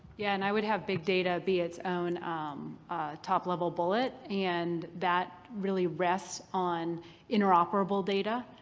yeah and i would have big data be its own top-level bullet and that really rests on inner-operable data.